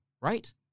right